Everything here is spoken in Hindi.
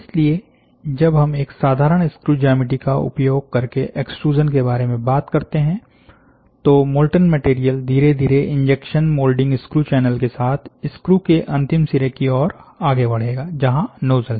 इसलिए जब हम एक साधारण स्क्रू ज्यामिति का उपयोग करके एक्सट्रूज़न के बारे में बात करते हैं तो मोल्टन मटेरियल धीरे धीरे इंजेक्शन मोल्डिंग स्क्रू चैनल के साथ स्क्रू के अंतिम शीरे की ओर आगे बढ़ेगा जहां नोजल है